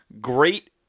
Great